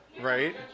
Right